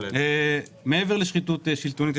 מעבר לשחיתות שלטונית,